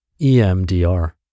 EMDR